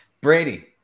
Brady